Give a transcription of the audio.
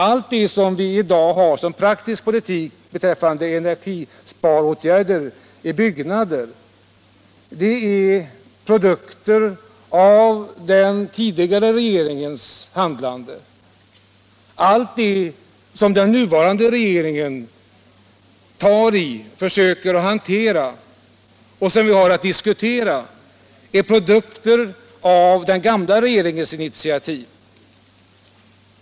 Allt det som nu är praktisk politik beträffande energisparåtgärder i byggnader är produkter av den tidigare regeringens handlande. De åtgärder som regeringen nu föreslår och som vi skall diskutera bygger på den gamla regeringens initiativ.